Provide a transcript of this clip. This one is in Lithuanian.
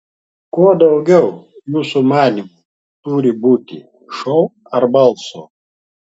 ko daugiau jūsų manymu turi būti šou ar balso